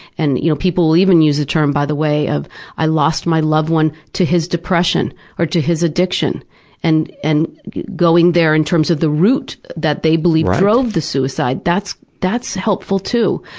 and you know people even use a term, by the way, of i lost my loved one to his depression or to his addiction and and going there in terms of the root that they believe drove the suicide, that's that's helpful, too.